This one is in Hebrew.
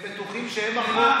הם בטוחים שהם החוק,